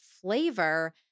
flavor